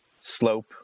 slope